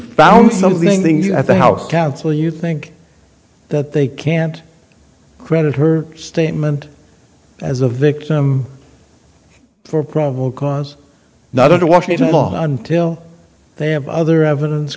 found at the house counsel you think that they can't credit her statement as a victim for probable cause not to washington law until they have other evidence